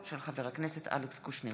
על מסקנות ועדת החינוך,